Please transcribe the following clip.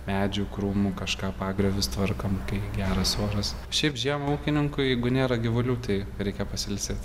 medžių krūmų kažką pagriovius tvarkom okei geras oras šiaip žiemą ūkininkui jeigu nėra gyvulių tai reikia pasiilsėt